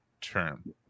term